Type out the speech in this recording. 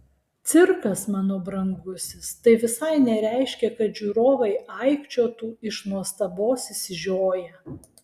cirkas mano brangusis tai visai nereiškia kad žiūrovai aikčiotų iš nuostabos išsižioję